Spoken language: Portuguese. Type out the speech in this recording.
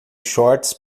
shorts